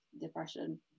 depression